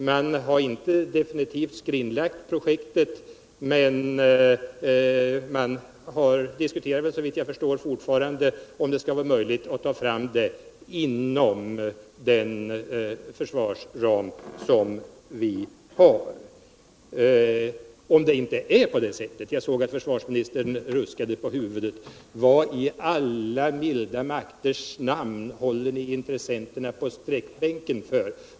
Man har inte definitivt skrinlagt projektet, men man diskuterar såvitt jag förstår fortfarande om det skall vara möjligt att genomföra det inom den försvarsram som vi har. Om det inte är på det sättet — jag såg att försvarsministern ruskade på huvudet — varför i alla milda makters namn håller ni då intressenterna på sträckbänken?